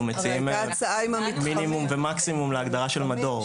אנחנו מציעים מינימום ומקסימום להגדרה של מדור.